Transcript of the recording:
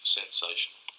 sensational